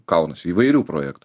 kaunasi įvairių projektų